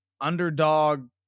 underdog